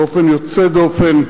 באופן יוצא דופן,